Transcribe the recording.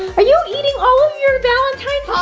are you eating all of your valentine's? pause.